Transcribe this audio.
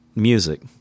Music